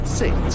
six